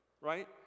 right